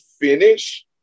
finish